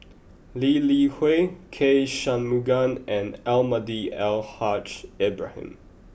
Lee Li Hui K Shanmugam and Almahdi Al Haj Ibrahim